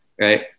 right